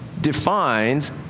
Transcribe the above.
defines